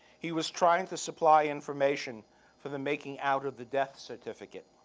he was trying to supply information for the making out of the death certificate.